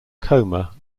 coma